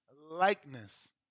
likeness